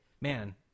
Man